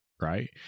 right